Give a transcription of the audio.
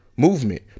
movement